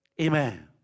Amen